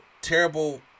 terrible